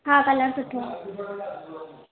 हा कलर सुठो आहे